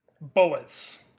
bullets